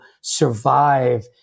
survive